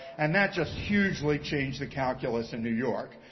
and that just hugely changed the calculus in new york.